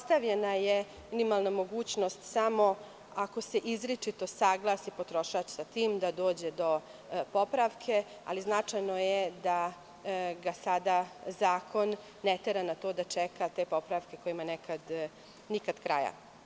Ostavljena je minimalna mogućnost samo ako se izričito saglasi potrošač sa tim da dođe do popravke, ali značajno je da ga sada zakon ne tera na to da čeka te popravke kojima nekada nikada kraja.